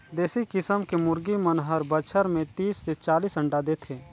देसी किसम के मुरगी मन हर बच्छर में तीस ले चालीस अंडा देथे